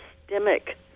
systemic